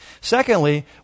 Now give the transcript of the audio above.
Secondly